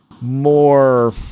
more